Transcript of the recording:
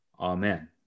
Amen